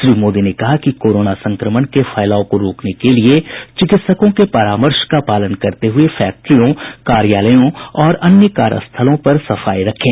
श्री मोदी ने कहा कि कोरोना संक्रमण के फैलाव को रोकने के लिए चिकित्सकों के परामर्श का पालन करते हुए फैक्ट्रियों कार्यालयों और अन्य कार्यस्थलों पर सफाई रखें